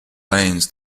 lanes